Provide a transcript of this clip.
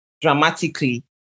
dramatically